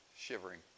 Shivering